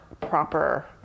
proper